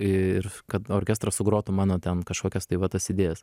ir kad orkestras sugrotų mano ten kažkokias tai va tas idėjas